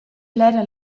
blera